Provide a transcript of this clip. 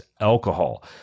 alcohol